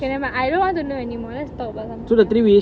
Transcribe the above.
okay never mind I don't want to know anymore let's talk about something else